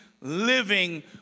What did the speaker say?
living